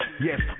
Yes